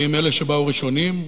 האם אלה שבאו ראשונים,